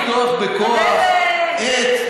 אז אין,